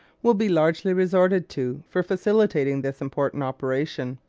will be largely resorted to for facilitating this important operation.